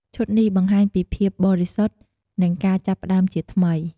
ឈុតនេះបង្ហាញពីភាពបរិសុទ្ធ និងការចាប់ផ្តើមជាថ្មី។